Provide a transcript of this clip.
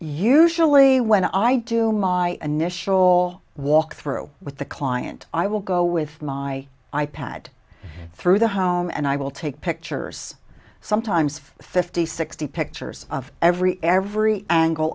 usually when i do my initial walk through with the client i will go with my i pad through the home and i will take pictures sometimes fifty sixty pictures of every every angle